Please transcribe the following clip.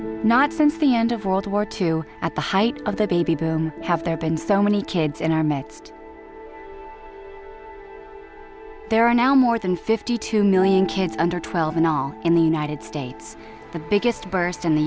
not since the end of world war two at the height of the baby boom have there been so many kids in our midst there are now more than fifty two million kids under twelve in all in the united states the biggest burst in the